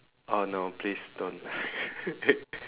oh no please don't